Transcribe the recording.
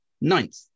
Ninth